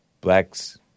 blacks